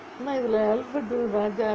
என்னா இதுலே:enna ithulae albert உம் raja